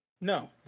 No